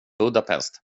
budapest